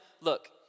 look